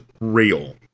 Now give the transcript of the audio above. real